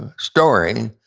and story,